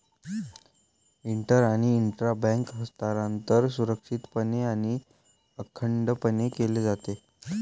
inter आणि intra bank हस्तांतरण सुरक्षितपणे आणि अखंडपणे केले जाते